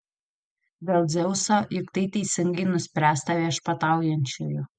dėl dzeuso juk tai teisingai nuspręsta viešpataujančiųjų